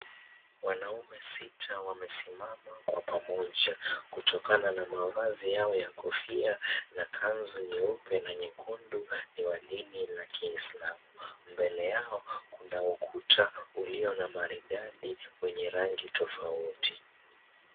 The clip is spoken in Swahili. Wanaume sita wamesimama kwa pamoja. Kutokana na mavazi yao ya kofia na kanzu nyeupe na nyekundu, ni wa dini la Kiislamu. Mbele yao, kuna ukuta ulio na maridadi wenye rangi tofauti.